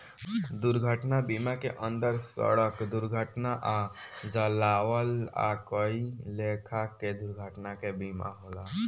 दुर्घटना बीमा के अंदर सड़क दुर्घटना आ जलावल आ कई लेखा के दुर्घटना के बीमा होला